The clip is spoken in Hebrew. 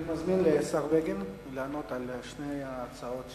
אני מזמין את השר בגין לענות על שתי ההצעות,